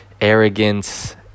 arrogance